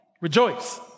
rejoice